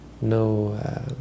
no